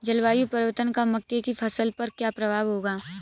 जलवायु परिवर्तन का मक्के की फसल पर क्या प्रभाव होगा?